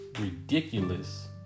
ridiculous